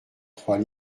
trois